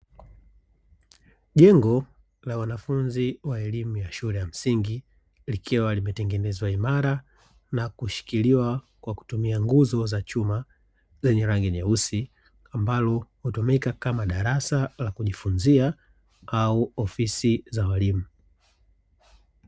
Jengo la wanafunzi wa elimu ya shule ya msingi, likiwa limetengenezwa imara na kushikiliwa kwa kutumia nguzo za chuma rangi nyeusi, ambalo hutumika kama darasa la kujifunza au ofisi za walimu.